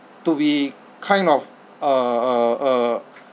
to be kind of uh uh uh